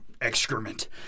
excrement